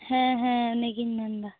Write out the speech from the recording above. ᱦᱮᱸ ᱦᱮᱸ ᱩᱱᱤᱜᱮᱧ ᱡᱮᱱᱫᱟ